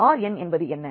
R n என்பது என்ன